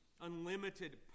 unlimited